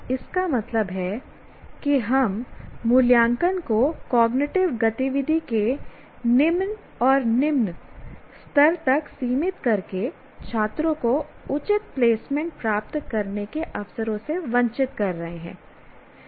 इसका मतलब है कि हम मूल्यांकन को कॉग्निटिव गतिविधियों के निम्न और निम्न स्तर तक सीमित करके छात्रों को उचित प्लेसमेंट प्राप्त करने के अवसरों से वंचित कर रहे हैं